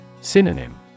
Synonym